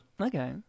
Okay